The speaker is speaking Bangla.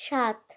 সাথ